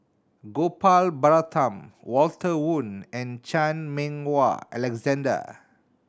Gopal Baratham Walter Woon and Chan Meng Wah Alexander